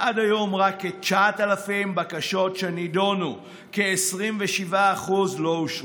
ועד היום רק כ-9,000 בקשות נדונו וכ-27% לא אושרו.